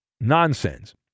Nonsense